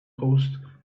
post